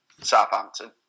Southampton